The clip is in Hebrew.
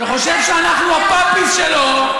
שחושב שאנחנו ה-puppies שלו,